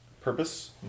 Purpose